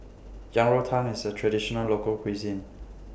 Yang Rou Tang IS A Traditional Local Cuisine